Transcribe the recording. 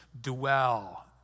dwell